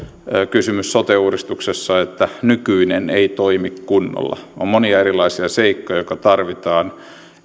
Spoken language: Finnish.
kysymys sote uudistuksessa että nykyinen ei toimi kunnolla on monia erilaisia seikkoja joita tarvitaan